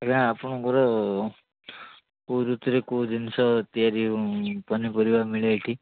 ଆଜ୍ଞା ଆପଣଙ୍କର କେଉଁ ଋତୁରେ କେଉଁ ଜିନିଷ ତିଆରି ପନିପରିବା ମିଳେ ଏଇଠି